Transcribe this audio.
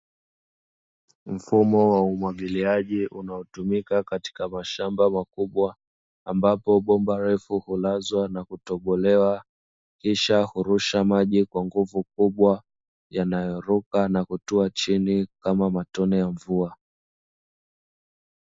Mfumo wa umwagiliaji unaotumika katika mashamba makubwa, ambapo bomba refu hulazwa na kutobolewa, kisha hurusha maji kwa nguvu kubwa, yanayoruka na kutua chini kama matone ya mvua.